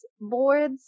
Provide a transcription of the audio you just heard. boards